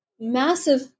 massive